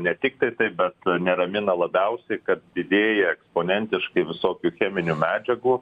ne tiktai tai bet neramina labiausiai kad didėja eksponentiškai visokių cheminių medžiagų